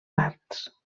parts